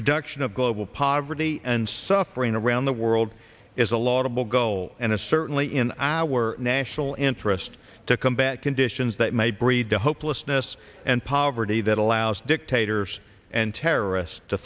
reduction of global poverty and suffering around the world is a lot of the goal and it's certainly in our national interest to combat conditions that may breed the hopelessness and poverty that allows dictators and terrorists to